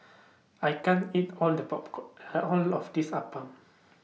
I can't eat All The Popcorn All of This Appam